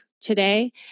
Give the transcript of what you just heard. today